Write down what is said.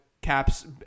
Caps